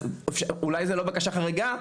אז אולי לא בקשה חרגה,